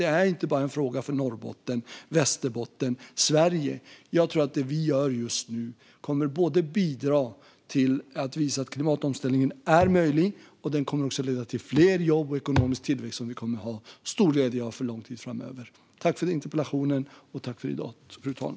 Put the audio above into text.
Det här är inte en fråga enbart för Norrbotten, Västerbotten och Sverige, utan jag tror att det vi gör just nu kommer att bidra till att visa att klimatomställning är möjlig och att den kommer att leda till fler jobb och ekonomisk tillväxt som vi kommer att ha stor glädje av för lång tid framöver. Tack för interpellationen, och tack för i dag, fru talman!